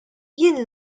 jien